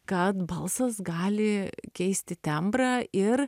kad balsas gali keisti tembrą ir